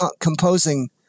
composing